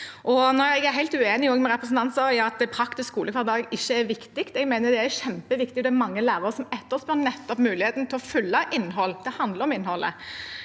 Jeg er også helt uenig med representanten i at praktisk skolehverdag ikke er viktig. Jeg mener det er kjempeviktig. Det er mange lærere som etterspør muligheten til å fylle innholdet